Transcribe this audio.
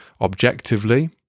objectively